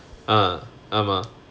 ah ஆமா:aamaa